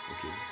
Okay